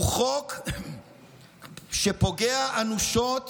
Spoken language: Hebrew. הוא חוק שפוגע אנושות